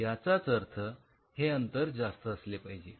याचाच अर्थ हे अंतर जास्त असले पाहिजे